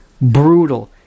brutal